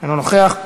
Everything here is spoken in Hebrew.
אינה נוכחת.